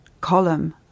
column